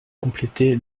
complété